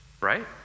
Right